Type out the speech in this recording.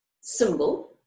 symbol